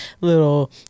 little